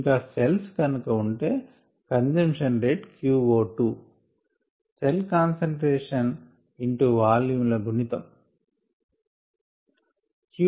ఇంకా సేల్స్ గనుక ఉంటే consumption rate qO2 cell concentration into volume ల గుణితం